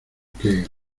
que